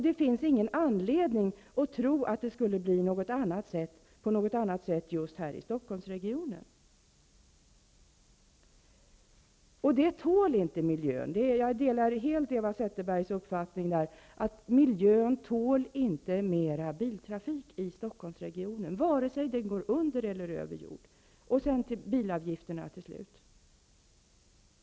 Det finns ingen anledning att tro att det skulle bli på något annat sätt just här i Stockholmsregionen. Miljön tål inte en ökning. Jag delar helt Eva Zetterbergs uppfattning att miljön inte tål mer biltrafik, oavsett om den går under eller över jord. Slutligen vill jag säga något om bilavgifterna.